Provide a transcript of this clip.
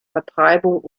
vertreibung